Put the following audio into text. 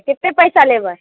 कते पैसा लेबै